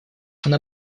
она